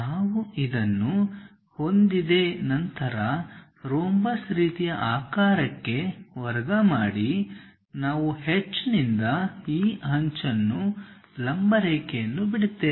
ನಾವು ಇದನ್ನು ಹೊಂದಿದೆ ನಂತರ ರೋಂಬಸ್ ರೀತಿಯ ಆಕಾರಕ್ಕೆ ವರ್ಗಮಾಡಿ ನಾವು H ನಿಂದ ಈ ಅಂಚನ್ನು ಲಂಬರೇಖೆಯನ್ನು ಬಿಡುತ್ತೇವೆ